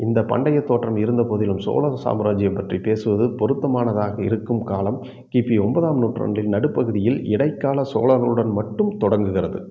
இந்த பண்டைய தோற்றம் இருந்தபோதிலும் சோழர் சாம்ராஜ்ஜியம் பற்றி பேசுவது பொருத்தமானதாக இருக்கும் காலம் கிபி ஒன்பதாம் நூற்றாண்டின் நடுப்பகுதியில் இடைக்கால சோழர்களுடன் மட்டும் தொடங்குகிறது